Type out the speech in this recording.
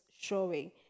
showing